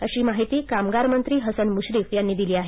अशी माहिती कामगारमंत्री हसन मुश्रीफ यांनी दिली आहे